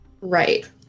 Right